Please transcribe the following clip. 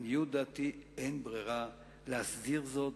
לעניות דעתי אין ברירה אלא להסדיר זאת